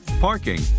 parking